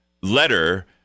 letter